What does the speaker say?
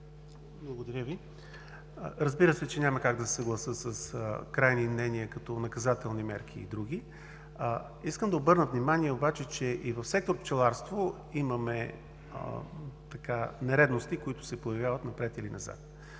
Благодаря. Разбира се, няма как да се съглася с крайни мнения като наказателни мерки и други. Искам да обърна внимание, че и в сектор „Пчеларство“ имаме нередности, които се появяват. Тази